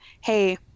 hey